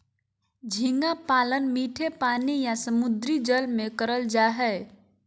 झींगा पालन मीठे पानी या समुंद्री जल में करल जा हय